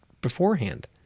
beforehand